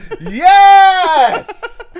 Yes